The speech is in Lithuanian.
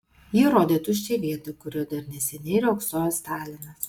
ji rodė tuščią vietą kurioje dar neseniai riogsojo stalinas